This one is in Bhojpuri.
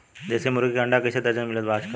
देशी मुर्गी के अंडा कइसे दर्जन मिलत बा आज कल?